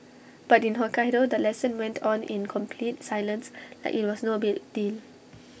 but in Hokkaido the lesson went on in complete silence like IT was no big deal